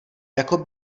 jako